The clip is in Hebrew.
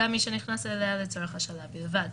גם מי שנכנס אליה לצורך השאלה בלבד.